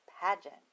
pageant